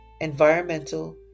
environmental